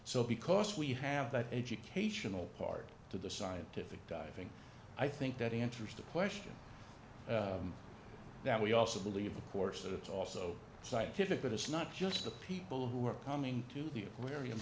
so because we have that educational part to the scientific diving i think that interesting question that we also believe of course that it's also scientific but it's not just the people who are coming to the aquarium